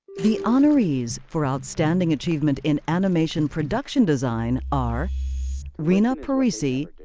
the honorees for outstanding achievement in animation production design are rena parisi,